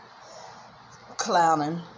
clowning